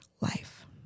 life